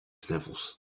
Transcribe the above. sniffles